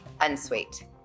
Unsweet